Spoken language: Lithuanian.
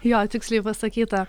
jo tiksliai pasakyta